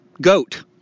goat